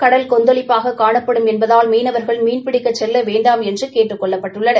கடல் கொந்தளிப்பாக காணப்படும் என்பதால் மீனவாகள் மீன்பிடிக்கச் செல்ல வேண்டாம் என்று கேட்டுக் கொள்ளப்பட்டுள்ளனர்